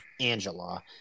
Angela